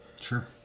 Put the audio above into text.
Sure